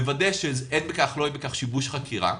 ומוודאים שלא יהיה בכך שיבוש חקירה.